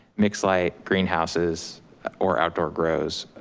mix like greenhouses or outdoor grows.